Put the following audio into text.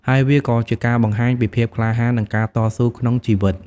ហើយវាក៏ជាការបង្ហាញពី ភាពក្លាហាន និងការតស៊ូក្នុងជីវិត។